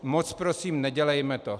Moc prosím, nedělejme to.